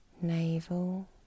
navel